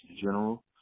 general